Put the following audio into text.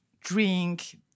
drink